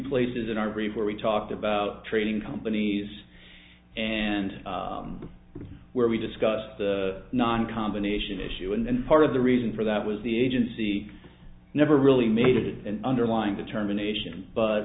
places in our brief where we talked about training companies and with where we discussed the non combination issue and then part of the reason for that was the agency never really made an underlying determination but